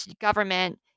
government